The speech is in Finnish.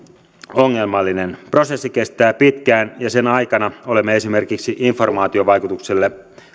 ongelmallinen prosessi kestää pitkään ja sen aikana olemme esimerkiksi informaatiovaikuttamiselle